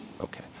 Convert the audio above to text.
Okay